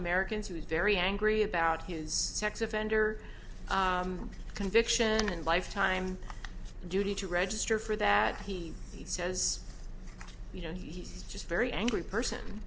americans who were very angry about his sex offender conviction and lifetime duty to register for that he says you know he's just very angry person